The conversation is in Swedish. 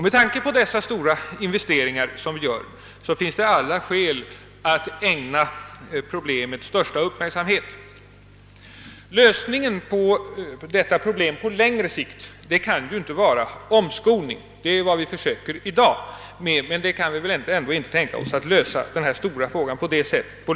Med tanke på dessa stora investeringar finns det alla skäl att ägna problemet största uppmärksamhet. Lösningen på längre sikt kan inte vara omskolning. Det är vad vi försöker med i dag, men vi kan inte tänka oss att i längden klara denna fråga på det sättet.